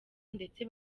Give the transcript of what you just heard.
ndetse